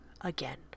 again